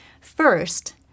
First